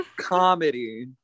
comedy